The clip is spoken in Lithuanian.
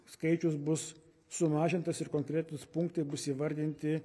skaičius bus sumažintas ir konkretūs punktai bus įvardinti